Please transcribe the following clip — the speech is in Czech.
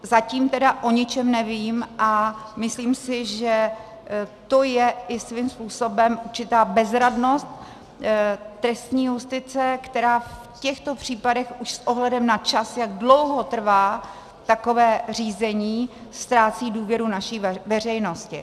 Zatím tedy o ničem nevím a myslím si, že to je i svým způsobem určitá bezradnost trestní justice, která v těchto případech už s ohledem na čas, jak dlouho trvá takové řízení, ztrácí důvěru naší veřejnosti.